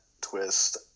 twist